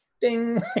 Ding